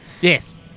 Yes